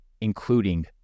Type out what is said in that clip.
including